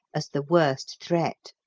as the worst threat.